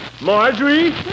Marjorie